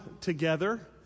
together